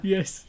Yes